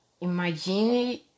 imagine